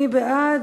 מי בעד